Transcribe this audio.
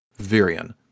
Virion